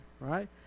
right